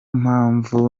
mpamvu